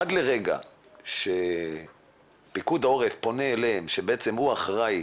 עד לרגע שוד העורף פונה אליהם, שבעצם הוא האחראי